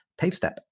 PaveStep